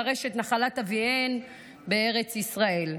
לרשת את נחלת אביהן בארץ ישראל.